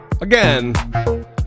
Again